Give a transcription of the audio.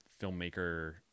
filmmaker